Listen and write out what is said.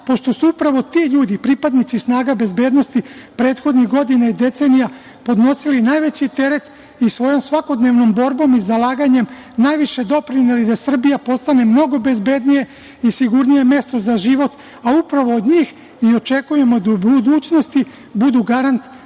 pošto su upravo ti ljudi, pripadnici snaga bezbednosti, prethodnih godina i decenija podnosili najveći teret i svojom svakodnevnom borbom i zalaganjem najviše doprineli da Srbija postane mnogo bezbednije i sigurnije mesto za život, a upravo od njih i očekujemo da u budućnosti budu garant našeg